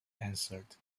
answered